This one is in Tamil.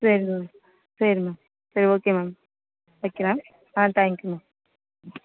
சரி மேம் சரி மேம் சரி ஓகே மேம் வைக்கிறேன் ஆ தேங்க் யூ மேம்